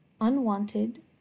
unwanted